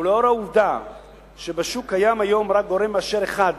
ולאור העובדה שבשוק קיים היום רק גורם מאשר אחד,